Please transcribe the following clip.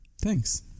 Thanks